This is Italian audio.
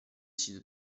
sito